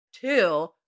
two